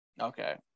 Okay